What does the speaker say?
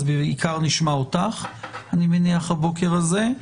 אז בעיקר נשמע אותך הבוקר הזה,